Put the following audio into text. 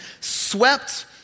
swept